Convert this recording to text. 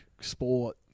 sport